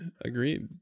Agreed